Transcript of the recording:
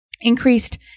increased